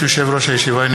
ברשות יושב-ראש הישיבה,